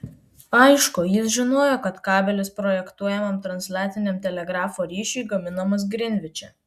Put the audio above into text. aišku jis žinojo kad kabelis projektuojamam transatlantiniam telegrafo ryšiui gaminamas grinviče